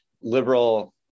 Liberal